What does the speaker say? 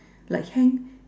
like hang